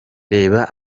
reba